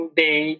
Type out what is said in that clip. day